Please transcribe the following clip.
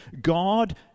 God